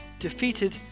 defeated